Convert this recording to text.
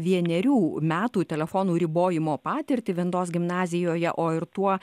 vienerių metų telefonų ribojimo patirtį ventos gimnazijoje o ir tuo